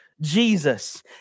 Jesus